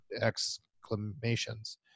exclamations